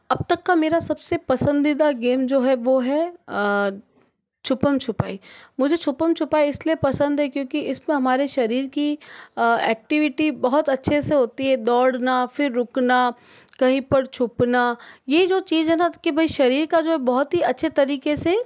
अब तक का मेरा सबसे पसंदीदा गेम जो है वह हैं छुप्पम छुपाई मुझे छुप्पम छुपाई इसलिए पसंद है क्योंकि इस पर हमारे शरीर की एक्टिविटी बहुत अच्छे से होती है दौड़ना फिर रुकना कहीं पर छुपना यह जो चीज़ है आपकी भाई शरीर का जो बहुत ही अच्छे तरीके से